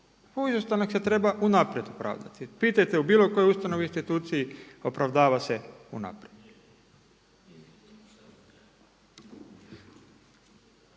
Izostanak se treba unaprijed opravdati. Pitajte u bilo kojoj ustanovi i instituciju opravdava se unaprijed.